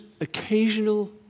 occasional